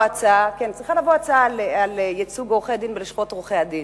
הצעה על ייצוג עורכי-דין בלשכות עורכי-הדין.